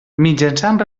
mitjançant